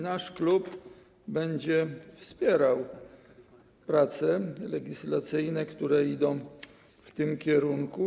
Nasz klub będzie wspierał prace legislacyjne, które idą w tym kierunku.